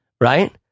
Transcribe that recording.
right